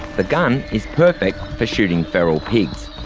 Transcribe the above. the gun is perfect for shooting feral pigs.